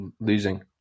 losing